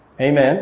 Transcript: Amen